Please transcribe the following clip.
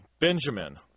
Benjamin